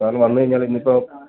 സാറിന് വന്നു കഴിഞ്ഞാൽ ഇന്ന് ഇപ്പോൾ